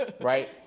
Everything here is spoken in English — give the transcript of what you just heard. right